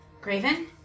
Graven